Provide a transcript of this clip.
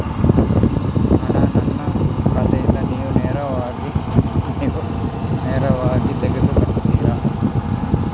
ಹಣ ನನ್ನ ಖಾತೆಯಿಂದ ನೀವು ನೇರವಾಗಿ ತೆಗೆದು ಕಟ್ಟುತ್ತೀರ?